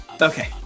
Okay